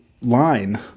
line